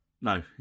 no